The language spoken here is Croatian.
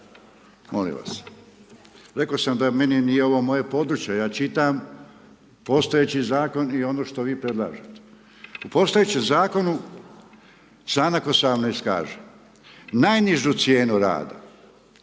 Molim vas rekao sam da meni nije ovo moje područje. Ja čitam postojeći zakon i ono što vi predlažete. U postojećem zakonu članak 18. kaže: „Najnižu cijenu rada